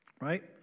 right